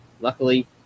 luckily